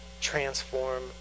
transform